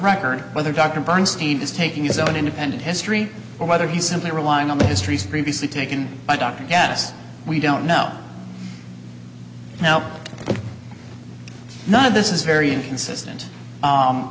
record whether dr bernstein is taking his own independent history or whether he simply relying on the histories previously taken by dr guess we don't know now but none of this is very inconsistent